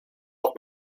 auch